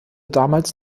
damals